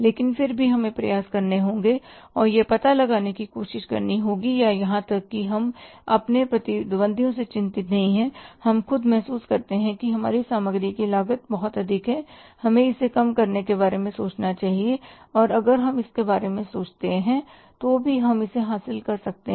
लेकिन फिर भी हमें प्रयास करने होंगे और यह पता लगाने की कोशिश करनी चाहिए या यहां तक कि हम अपने प्रतिद्वंद्वियों से चिंतित नहीं हैं हम खुद महसूस करते हैं कि हमारी सामग्री की लागत बहुत अधिक है हमें इसे कम करने के बारे में सोचना चाहिए और अगर हम इसके बारे में सोचते हैं तो भी हम इसे हासिल कर सकते हैं